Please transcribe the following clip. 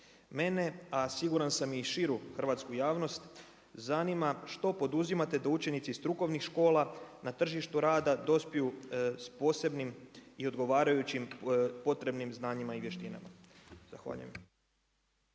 Mene, a siguran sam i širu hrvatsku javnost, zanima što poduzimate da učenici strukovnih škola na tržištu rada dospiju s posebnim i odgovarajućim potrebnim znanjima i vještinama. Zahvaljujem.